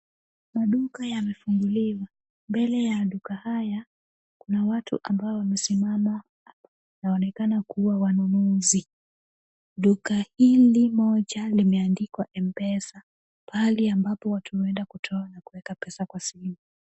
Maduka yamefunguliwa ,mbele ya duka haya kuna watu ambao wamesimama hapo. Inaonekana kuwa wanunuzi. Duka hili moja limeandikwa M-Pesa, pahali ambapo watu huenda kutoa na kuweka pesa kwa simu.